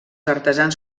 artesans